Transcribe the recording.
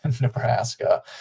Nebraska